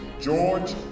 George